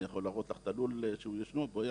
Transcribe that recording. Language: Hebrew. אני יכול להראות לך את הלול שהם ישנו בו,